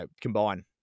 combine